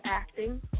acting